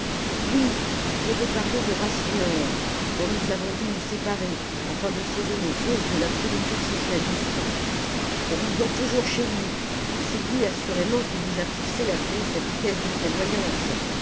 oui je veux parler de rasseneur dont nous avons dû nous séparer afin de sauver nos fosses de la pourriture socialiste on vous voit toujours chez lui et c'est lui assurément qui vous a poussé à créer cette caisse de prévoyance